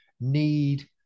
need